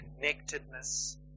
connectedness